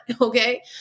Okay